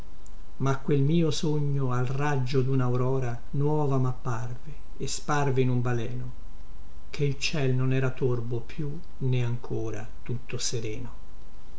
ma quel mio sogno al raggio dunaurora nuova mapparve e sparve in un baleno che il ciel non era torbo più né ancora tutto sereno